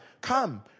come